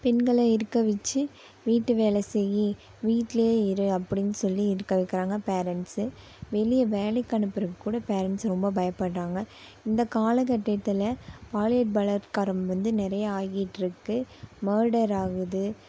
பெண்களை இருக்க வச்சு வீட்டு வேலை செய் வீட்டிலயே இரு அப்படினு சொல்லி இருக்க வைக்கிறாங்க பேரன்ட்ஸு வெளியே வேலைக்கு அனுப்புகிறக்கு கூட பேரன்ட்ஸ் ரொம்ப பயப்புடுறாங்க இந்த காலக்கட்டத்தில் பாலியல் பலாத்காரம் வந்து நிறைய ஆகிட்டிருக்கு மர்டர் ஆகுது